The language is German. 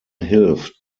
hilft